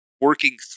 working